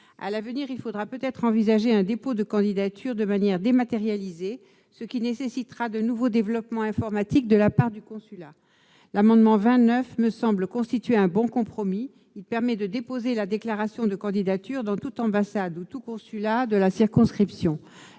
À l'avenir, il faudra peut-être envisager un dépôt de candidature dématérialisé, ce qui nécessitera de nouveaux développements informatiques de la part du consulat. Les dispositions de l'amendement n° 29 rectifié me semblent constituer un bon compromis. Elles permettent de déposer la déclaration de candidature dans toute ambassade ou tout consulat de la circonscription.